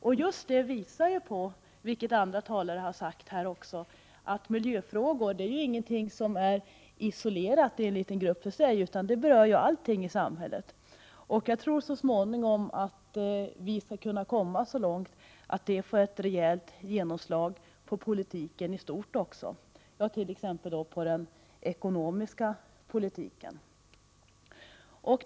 Detta visar just, vilket andra talare också har sagt, att miljöfrågor inte är någonting som är isolerat i liten grupp för sig, utan de berör allt i samhället. Jag tror att vi så småningom skall komma så långt att det sker ett rejält genomslag på det politiska området i stort, t.ex. på den ekonomiska politikens område.